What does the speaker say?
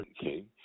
King